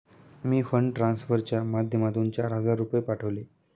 मी fund ट्रान्सफरच्या माध्यमातून चार हजार रुपये पाठवले